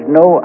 no